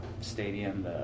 stadium